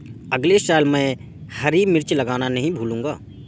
अगले साल मैं हरी मिर्च लगाना नही भूलूंगा